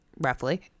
Roughly